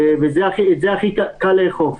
ואת זה הכי קל לאכוף.